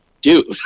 dude